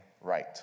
right